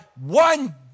one